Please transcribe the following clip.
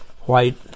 white